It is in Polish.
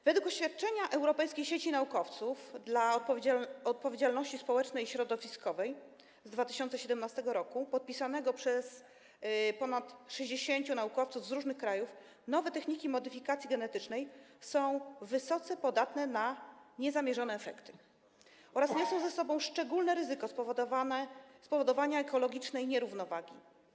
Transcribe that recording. Według oświadczenia Europejskiej Sieci Naukowców dla Odpowiedzialności Społecznej i Środowiskowej z 2017 r., podpisanego przez ponad 60 naukowców z różnych krajów, nowe techniki modyfikacji genetycznej są wysoce podatne na niezamierzone efekty oraz niosą ze sobą szczególne ryzyko spowodowania ekologicznej nierównowagi.